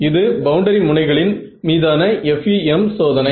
இது பவுண்டரி முனைகளின் மீதான FEM சோதனை